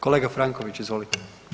Kolega Franković, izvolite.